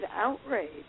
outrage